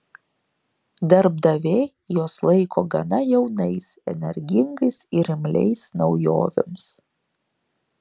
darbdaviai juos laiko gana jaunais energingais ir imliais naujovėms